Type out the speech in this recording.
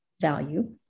value